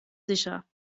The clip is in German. sicher